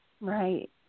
Right